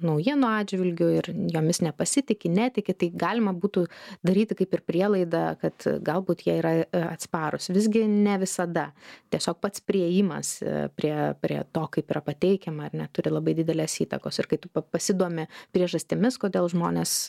naujienų atžvilgiu ir jomis nepasitiki netiki tai galima būtų daryti kaip ir prielaidą kad galbūt jie yra atsparūs visgi ne visada tiesiog pats priėjimas prie prie to kaip yra pateikiama ar ne turi labai didelės įtakos ir kai tu pa pasidomi priežastimis kodėl žmonės